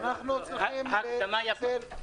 ההקדמה יפה.